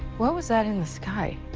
what was that in the sky?